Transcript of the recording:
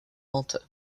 malta